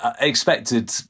expected